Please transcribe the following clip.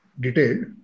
detailed